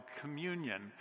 communion